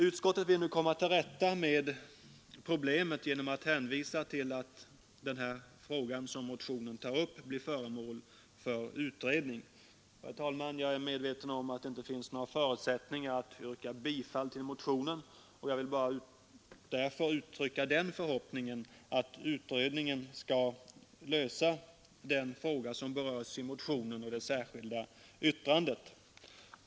Utskottet vill nu komma till rätta med problemet genom att hänvisa till att den fråga som motionen tar upp blir föremål för utredning. Herr talman! Jag är medveten om att det inte finns några förutsättningar att yrka bifall till motionen, och jag vill därför bara uttrycka den förhoppningen att utredningen skall lösa den fråga som berörs i motionen och i det särskilda yttrandet.